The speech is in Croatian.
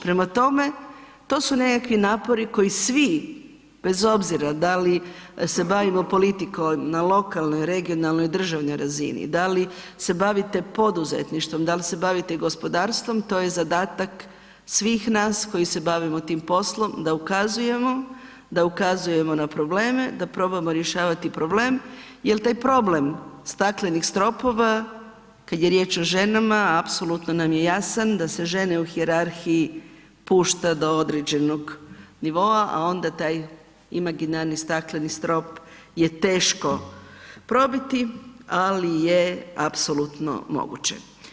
Prema tome, to su nekakvi napori koji svi bez obzira da li se bavimo politikom na lokalnoj, regionalnoj ili državnoj razini, da li se bavite poduzetništvom, da li se bavite gospodarstvom to je zadatak svih nas koji se bavimo tim poslom da ukazujemo, da ukazujemo na probleme, da probamo rješavati problem jel taj problem staklenih stropova kad je riječ o ženama apsolutno nam je jasan da se žene u hijerarhiji pušta do određenog nivoa, a onda taj imaginarni stakleni strop je teško probiti, ali je apsolutno moguće.